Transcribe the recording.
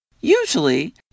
Usually